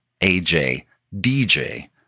ajdj